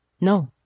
No